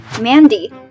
Mandy